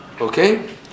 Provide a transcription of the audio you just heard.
okay